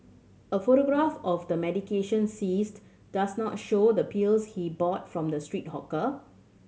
a photograph of the medication seized does not show the pills he bought from the street hawker